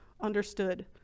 understood